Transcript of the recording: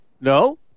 no